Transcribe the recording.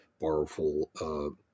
powerful